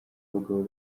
abagabo